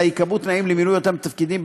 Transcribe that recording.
אלא ייקבעו תנאים למילוי אותם תפקידים,